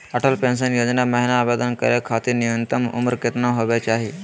Atal pension Yojana महिना आवेदन करै खातिर न्युनतम उम्र केतना होवे चाही?